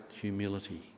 humility